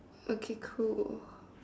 okay cool